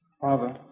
Father